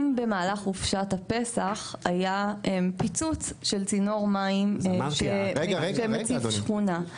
אם במהלך חופשת הפסח היה פיצוץ של צינור מים שהציף שכונה,